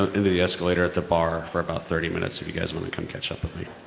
in the escalator at the bar for about thirty minutes if you guys wanna catch up with me.